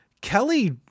Kelly